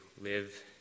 live